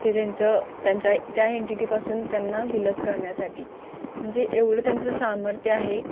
ते त्यांचं त्यांच्या त्या एंटिटीपासून त्यांना विलग करण्यासाठी म्हणजे एवढं त्यांचं सामर्थ्य आहे